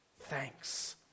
thanks